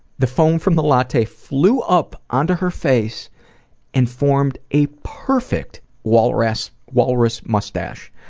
the foam from the latte flew up onto her face and formed a perfect walrus walrus moustache.